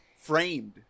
Framed